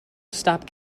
stop